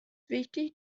wichtig